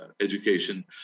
education